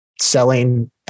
selling